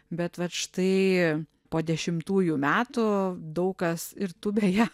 bet vat štai po dešimtųjų metų daug kas ir tu beje